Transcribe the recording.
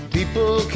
People